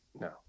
No